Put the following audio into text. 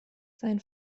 sein